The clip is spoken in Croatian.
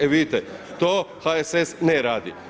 E vidite, to HSS ne radi.